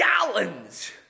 gallons